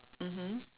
mmhmm